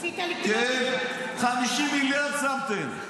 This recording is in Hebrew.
--- עשית לי --- 50 מיליארד שמתם.